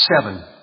seven